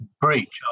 breach